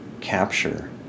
capture